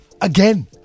again